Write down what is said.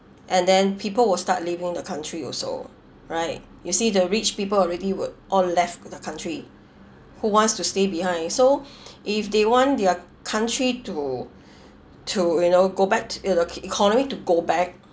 and then people will start leaving the country also right you see the rich people already would all left the country who wants to stay behind so if they want their country to to you know go back to ideal economy to go back